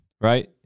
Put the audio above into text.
right